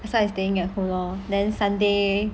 that's why I staying at home lor then sunday